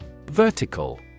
Vertical